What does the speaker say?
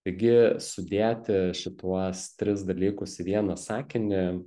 taigi sudėti šituos tris dalykus į vieną sakinį